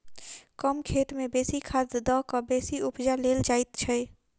कम खेत मे बेसी खाद द क बेसी उपजा लेल जाइत छै